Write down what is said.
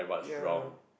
ya